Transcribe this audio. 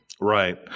Right